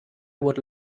would